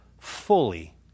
fully